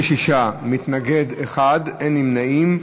בעד, 36, נגד, 1, אין נמנעים.